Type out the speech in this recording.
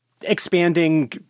expanding